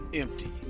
empty.